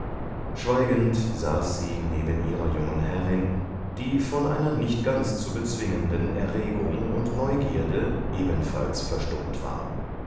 schweigend saß sie neben ihrer jungen herrin die vor einer nicht ganz zu bezwingenden erregung und neugierde ebenfalls verstummt war